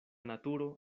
naturo